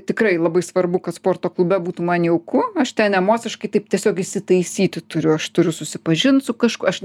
tikrai labai svarbu kad sporto klube būtų man jauku aš ten emociškai taip tiesiog įsitaisyti turiu aš turiu susipažint su kažkuo aš